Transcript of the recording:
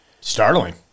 startling